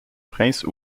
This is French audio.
princes